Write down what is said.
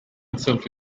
itself